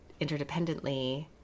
interdependently